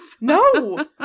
No